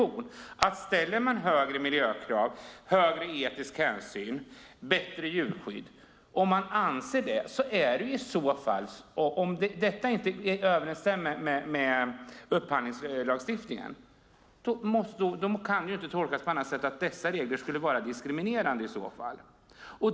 Om man ställer högre miljökrav och krav på högre etisk hänsyn och bättre djurskydd och det inte överensstämmer med upphandlingslagstiftningen, då kan det inte tolkas på annat sätt än att reglerna är diskriminerande.